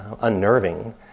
unnerving